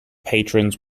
patrons